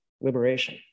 liberation